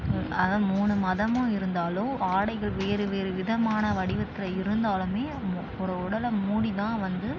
அதே மூணு மதமும் இருந்தாலும் ஆடைகள் வேறு வேறு விதமான வடிவத்தில் இருந்தாலுமே ஒரு உடலை மூடிதான் வந்து